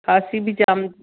खांसी बि जाम